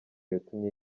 yatumye